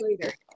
later